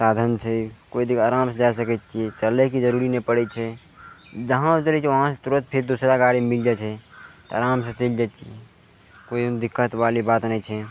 साधन छै कोइ दिक आरामसँ जा सकय छियै चलयके जरूरी नहि पड़य छै जहाँ उतरयके वहाँसँ तुरत फेर दोसरा गाड़ी मिल जाइ छै आरामसँ चलि जाइ छियै कोइ दिक्कतवाली बात नहि छै